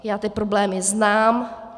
Já ty problémy znám.